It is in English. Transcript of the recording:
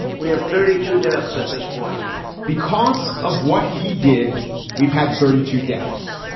we have thirty two deaths at this point because of what he did we've had thirty two deaths.